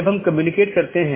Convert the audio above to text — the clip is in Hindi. जिसे हम BGP स्पीकर कहते हैं